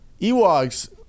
Ewoks